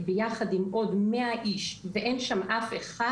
ביחד עם עוד 100 איש ואין שם אף אחד,